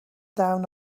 down